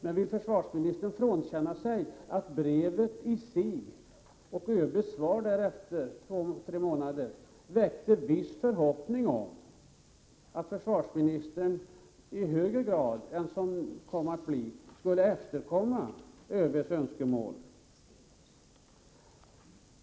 Men vill försvarsministern frånkänna sig att brevet i sig och ÖB:s svar två tre månader därefter väckte vissa förhoppningar om att försvarsministern i högre grad än som kom att bli fallet skulle efterkomma ÖB:s önskemål?